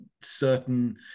certain